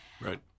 right